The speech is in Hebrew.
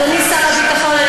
אדוני שר הביטחון,